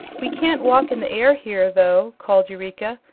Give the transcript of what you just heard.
we can't walk in the air here, though, called eureka,